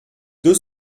deux